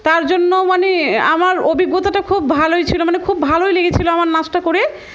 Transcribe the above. তার জন্য মানে আমার অভিজ্ঞতাটা খুব ভালোই ছিলো মানে খুব ভালোই লেগেছিলো আমার নাচটা করে